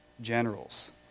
generals